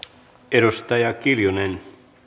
arvoisa herra